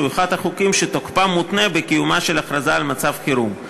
שהוא אחד החוקים שתוקפם מותנה בקיומה של הכרזה על מצב חירום.